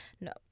no